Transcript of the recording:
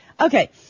Okay